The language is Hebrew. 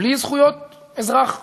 בלי זכויות אזרח נורמליות,